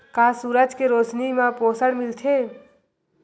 का सूरज के रोशनी म पोषण मिलथे?